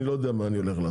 אני לא יודע מה אני אעשה.